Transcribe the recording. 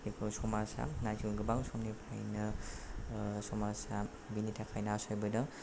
बेखौ समाजा गोबां समनिफ्रायनो समाजा बेनि थाखाय नासयबोदों